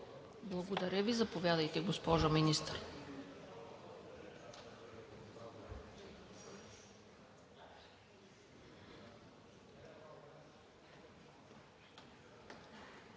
Благодаря Ви. Заповядайте, госпожо Министър.